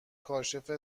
کاشف